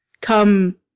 come